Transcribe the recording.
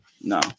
no